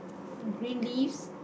green leaves